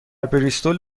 بریستول